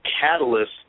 catalyst